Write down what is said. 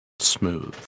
Smooth